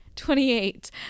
Twenty-eight